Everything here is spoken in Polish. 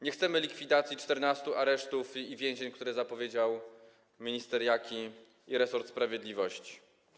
Nie chcemy likwidacji 14 aresztów i więzień, którą zapowiedział minister Jaki, zapowiedział resort sprawiedliwości.